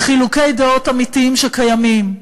לחילוקי דעות אמיתיים, שקיימים.